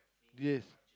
yes